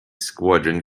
squadron